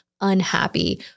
unhappy